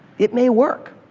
it may work.